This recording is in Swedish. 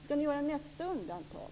Skall ni göra nästa undantag?